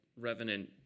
revenant